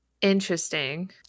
Interesting